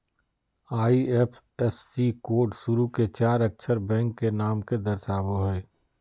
IFSC code शुरू के चार अक्षर बैंक के नाम के दर्शावो हइ